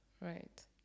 right